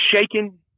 shaking